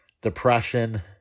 depression